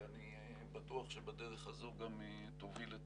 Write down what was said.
ואני בטוח שבדרך הזו גם תוביל את